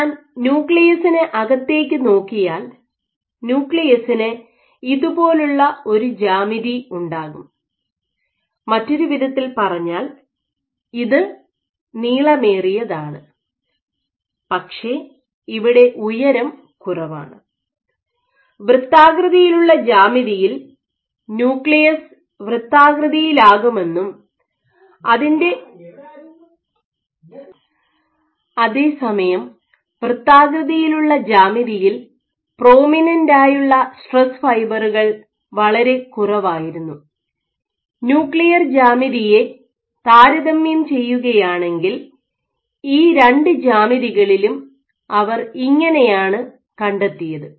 nuclear ജ്യാമിതിയെ താരതമ്യം ചെയ്യുകയാണെങ്കിൽ ഈ രണ്ട് ജ്യാമിതികളിലും അവർ ഇങ്ങനെയാണ് കണ്ടെത്തിയത്